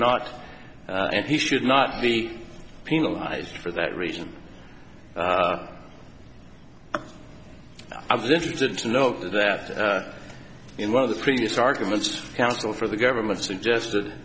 not and he should not be penalized for that reason i was interested to note that in one of the previous arguments counsel for the government suggested